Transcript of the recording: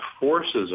forces